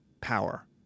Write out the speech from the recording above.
power